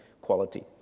quality